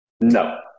No